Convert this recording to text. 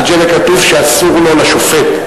במג'לה כתוב שאסור לו לשופט,